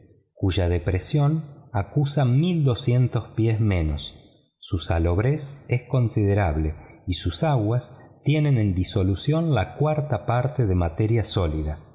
cuya depresión acusa mil doscientos pies menos su salobrez es considerablo y sus aguas tienen en disolución la cuarta parte de materia sólida